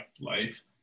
life